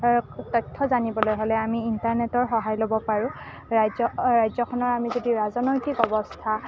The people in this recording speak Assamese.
তথ্য জানিবলৈ হ'লে আমি ইণ্টাৰনেটৰ সহায় ল'ব পাৰোঁ ৰাজ্য ৰাজ্যখনৰ আমি যদি ৰাজনৈতিক অৱস্থা